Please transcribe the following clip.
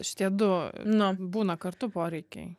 šitie du nu būna kartu poreikiai